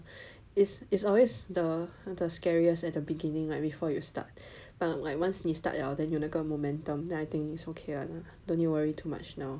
it's it's always the scariest at the beginning right before you start about like once you start 了 then 就有那个 momentum then I think is ok [one] don't need worry too much now